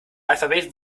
alphabet